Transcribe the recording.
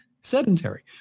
sedentary